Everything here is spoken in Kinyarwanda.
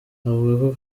avugamo